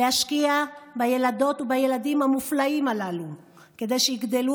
להשקיע בילדות ובילדים המופלאים הללו כדי שיגדלו